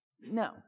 No